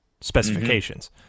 specifications